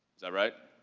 is that right?